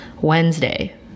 Wednesday